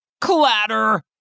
Clatter